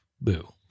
boo